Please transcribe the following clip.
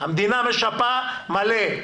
המדינה משפה מלא.